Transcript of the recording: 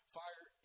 fire